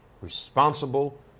responsible